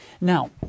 Now